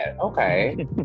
Okay